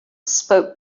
spoke